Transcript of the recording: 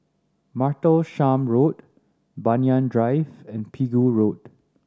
Martlesham Road Banyan Drive and Pegu Road